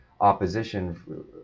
opposition